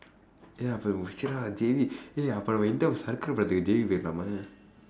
ya